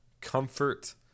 comfort